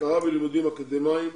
הכרה בלימודים אקדמאיים,